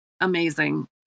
Amazing